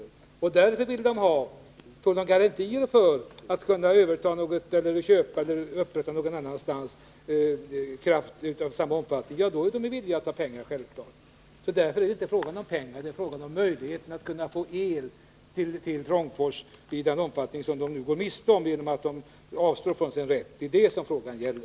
Vad kraftbolaget vill ha är garantier för att kunna köpa elektrisk kraft eller utvinna sådan någonstans. I det sammanhanget är bolaget självfallet villigt att ta emot pengar. Men det är inte egentligen fråga om pengar utan om möjlighet för Trångfors AB att få el i den omfattning som bolaget går miste om genom att avstå från sin rätt. Det är det som frågan gäller.